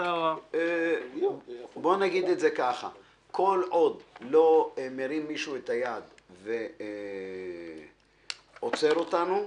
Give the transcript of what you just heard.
כל עוד לא מרים מישהו את היד ועוצר אותנו,